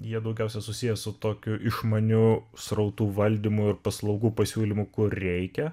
jie daugiausiai susiję su tokiu išmaniu srautų valdymu ir paslaugų pasiūlymu kur reikia